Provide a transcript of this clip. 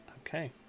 Okay